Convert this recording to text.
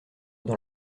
dans